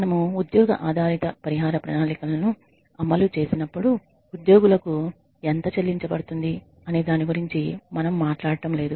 మనము ఉద్యోగ ఆధారిత పరిహార ప్రణాళికలను అమలు చేసినప్పుడు ఉద్యోగులుకు ఎంత చెల్లించబడుతుంది అనే దాని గురించి మనం మాట్లాడటం లేదు